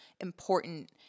important